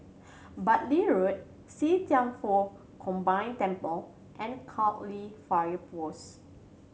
Bartley Road See Thian Foh Combine Temple and Cairnhill Fire Post